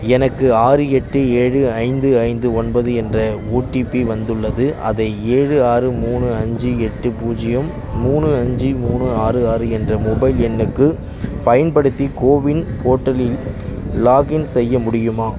எனக்கு ஆறு எட்டு ஏழு ஐந்து ஐந்து ஒன்பது என்ற ஓடிபி வந்துள்ளது அதை ஏழு ஆறு மூணு அஞ்சு எட்டு பூஜ்ஜியம் மூணு அஞ்சு மூணு ஆறு ஆறு என்ற மொபைல் எண்ணுக்கு பயன்படுத்தி கோவின் போர்ட்டலில் லாக் இன் செய்ய முடியுமா